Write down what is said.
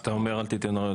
אתה אומר אל תיתן רעיונות,